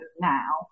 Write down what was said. now